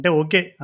okay